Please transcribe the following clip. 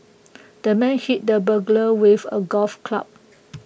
the man hit the burglar with A golf club